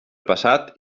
passat